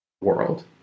world